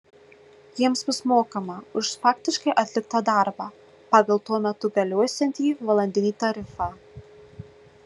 jiems bus mokama už faktiškai atliktą darbą pagal tuo metu galiosiantį valandinį tarifą